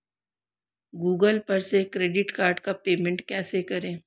Google पर से credit card का पेमेंट कैसे करें?